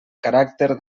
caràcter